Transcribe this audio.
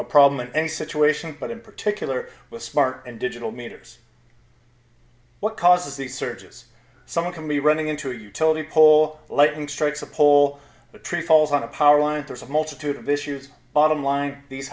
a problem in any situation but in particular with smart and digital meters what causes the surges some can be running into a utility pole lightning strikes a pole a tree falls on a power line and there's a multitude of issues bottom line these